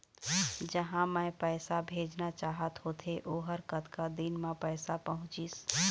जहां मैं पैसा भेजना चाहत होथे ओहर कतका दिन मा पैसा पहुंचिस?